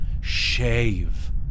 shave